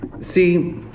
See